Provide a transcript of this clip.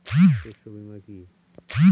শস্য বীমা কি?